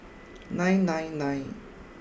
nine nine nine